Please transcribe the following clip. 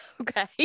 okay